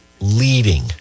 leading